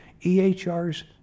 EHRs